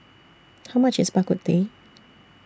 How much IS Bak Kut Teh